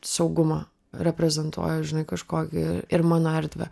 saugumą reprezentuoja žinai kažkokį ir mano erdvę